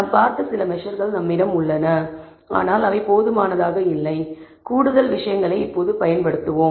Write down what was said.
நாம் பார்த்த சில மெஸர்கள் நம்மிடம் உள்ளன ஆனால் அவை போதுமானதாக இல்லை கூடுதல் விஷயங்களைப் இப்போது பயன்படுத்துவோம்